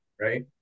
right